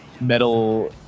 metal